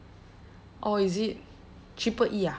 oh is it triple E ah